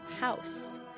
house